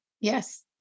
Yes